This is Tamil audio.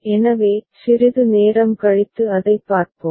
எனவே சிறிது நேரம் கழித்து அதைப் பார்ப்போம்